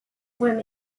swim